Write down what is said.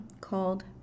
called